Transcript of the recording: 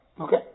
Okay